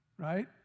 Right